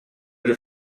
your